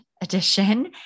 edition